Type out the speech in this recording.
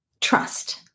trust